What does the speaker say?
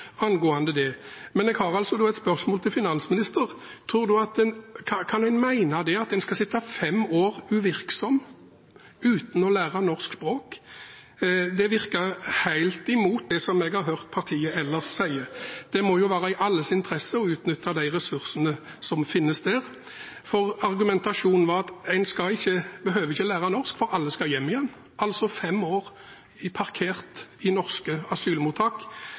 angående det. Jeg har da et spørsmål til finansministeren: Kan en mene det at en skal sitte fem år uvirksom uten å lære norsk språk? Det virker å være helt imot det jeg har hørt partiet ellers si. Det må jo være i alles interesse å utnytte de ressursene som finnes der. Argumentasjonen var at en ikke behøver å lære norsk, for alle skal hjem igjen – altså fem år parkert i norske asylmottak.